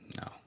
No